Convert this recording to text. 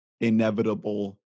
inevitable